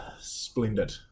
splendid